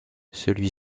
celui